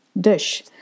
dish